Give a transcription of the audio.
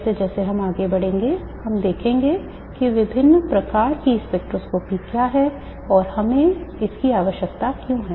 जैसे जैसे हम आगे बढ़ेंगे हम देखेंगे कि विभिन्न प्रकार की स्पेक्ट्रोस्कोपी क्या हैं और हमें इसकी आवश्यकता क्यों है